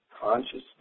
consciousness